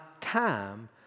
time